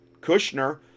Kushner